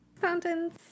Fountains